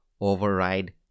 override